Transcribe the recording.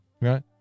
right